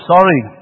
sorry